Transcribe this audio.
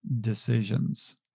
decisions